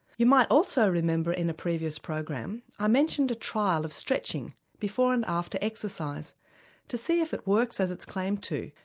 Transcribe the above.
you might also remember in a previous program i mentioned a trial of stretching before and after exercise to see if it works as it's claimed to,